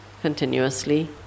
continuously